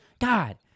god